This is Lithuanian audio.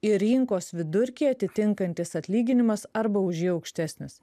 ir rinkos vidurkį atitinkantis atlyginimas arba už jį aukštesnis